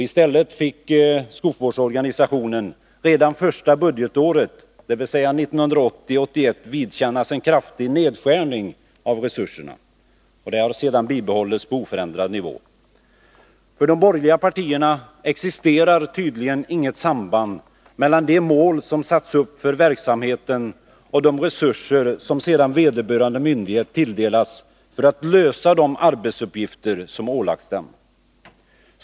I stället fick skogsvårdsorganisationen redan första budgetåret, dvs. budgetåret 1980/81, vidkännas en kraftig nedskärning av resurserna, vilka sedan dess bibehållits 51 på oförändrad nivå. För de borgerliga partierna existerar tydligen inte något samband mellan de mål som satts upp för verksamheten och de resurser som vederbörande myndighet sedan tilldelats för att fullgöra ålagda arbetsuppgifter.